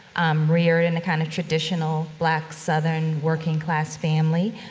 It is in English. um, reared in the kind of traditional black southern working class family.